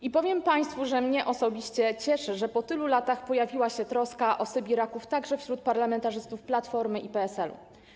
I powiem państwu, że mnie osobiście cieszy, że po tylu latach pojawiła się troska o sybiraków także wśród parlamentarzystów Platformy i PSL.